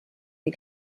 die